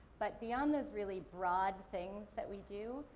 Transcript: but, beyond those really broad things that we do,